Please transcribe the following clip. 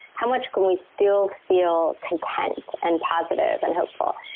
how much can we still feel content and positive and hopeful?